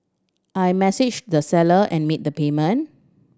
I messaged the seller and made the payment